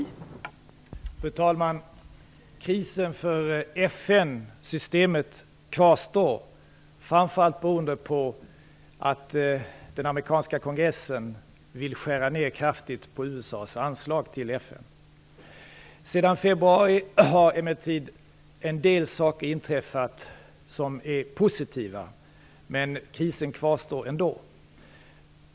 Fru talman! Krisen för FN-systemet kvarstår, framför allt beroende på att den amerikanska kongressen kraftigt vill skära ned USA:s anslag till FN. Sedan februari har emellertid en del positiva saker inträffat, men krisen kvarstår ändå.